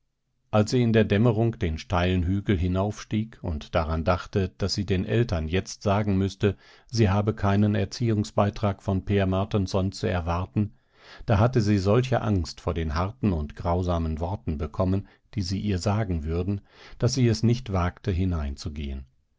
als sie in der dämmerung den steilen hügel hinaufstieg und daran dachte daß sie den eltern jetzt sagen müßte sie habe keinen erziehungsbeitrag von per martensson zu erwarten da hatte sie solche angst vor den harten und grausamen worten bekommen die sie ihr sagen würden daß sie es nicht wagte hineinzugehen